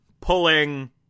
pulling